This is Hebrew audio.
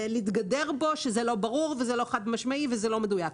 להתגדר בו שזה לא ברור וזה לא חד משמעי וזה לא מדויק.